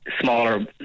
Smaller